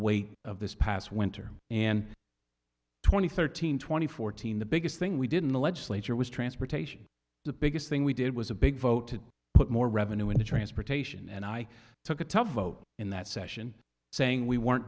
weight of this past winter and twenty thirteen twenty fourteen the biggest thing we didn't the legislature was transportation the best thing we did was a big vote to put more revenue into transportation and i took a tough vote in that session saying we weren't